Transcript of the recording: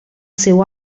seu